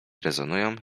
rezonują